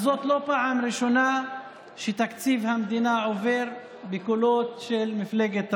אז זאת לא הפעם הראשונה שתקציב המדינה עובר בקולות של מפלגת רע"מ.